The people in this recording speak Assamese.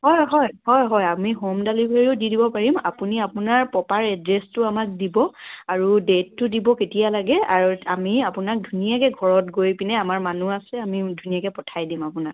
হয় হয় হয় হয় আমি হোম ডেলিভাৰীও দি দিব পাৰিম আপুনি আপোনাৰ প্ৰপাৰ এড্ৰেছটো আমাক দিব আৰু ডে'টটো দিব কেতিয়া লাগে আৰু আমি আপোনাক ধুনীয়াকৈ ঘৰত গৈপেনে আমাৰ মানুহ আছে আমি ধুনীয়াকৈ পঠাই দিম আপোনাক